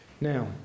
Now